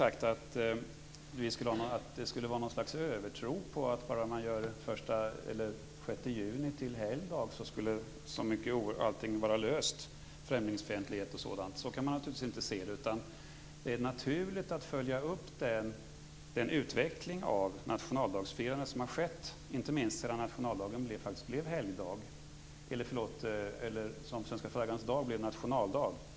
Jag har inte heller sagt att det skulle finnas en övertro på den 6 juni som helgdag och på att allting därmed skulle vara löst - främlingsfientlighet osv. Så kan man naturligtvis inte se detta. Det är naturligt att följa upp den utveckling av nationaldagsfirandet som varit, inte minst efter det att svenska flaggans dag för en tid sedan blev nationaldag.